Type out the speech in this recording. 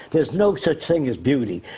there's no such thing as beauty.